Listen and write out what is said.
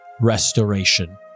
restoration